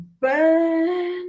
burn